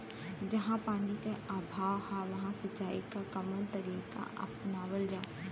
जहाँ पानी क अभाव ह वहां सिंचाई क कवन तरीका अपनावल जा?